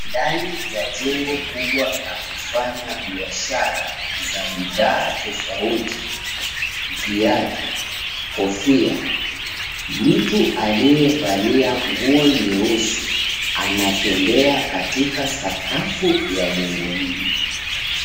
Ndani ya jengo 𝑘ubwa la kufanya biashara za bidhaa tofauti, viatu ,𝑘𝑜𝑓𝑖𝑎, mtu aliyevalia nguo nyeusi anatembea katika sakafu ya jengo hili.